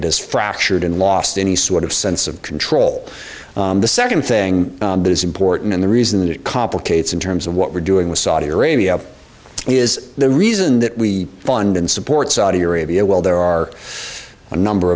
has fractured and lost any sort of sense of control the second thing that is important and the reason that it complicates in terms of what we're doing with saudi arabia is the reason that we fund and support saudi arabia well there are a number